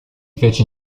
fece